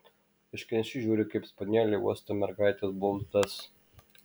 laiškanešys žiūri kaip spanieliai uosto mergaitės blauzdas